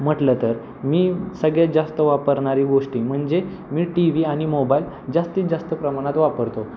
म्हटलं तर मी सगळ्यात जास्त वापरणारी गोष्ट म्हणजे मी टी व्ही आणि मोबाईल जास्तीत जास्त प्रमाणात वापरतो